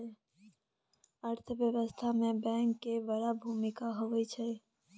अर्थव्यवस्था मे बैंक केर बड़ भुमिका होइ छै